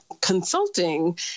consulting